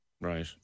Right